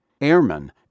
Airmen